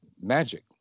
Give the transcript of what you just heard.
magic